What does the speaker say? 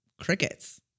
crickets